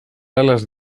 alas